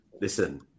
listen